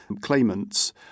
claimants